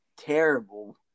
terrible